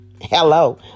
Hello